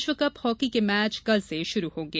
विश्वकप हॉकी के मैच कल से शुरू होगें